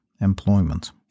employment